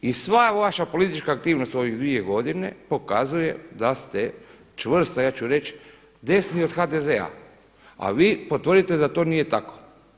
I sva vaša politička aktivnost u ove dvije godine pokazuje da ste čvrsta, ja ću reći desni od HDZ-a, a vi potvrdite da to nije tako.